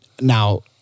Now